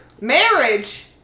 Marriage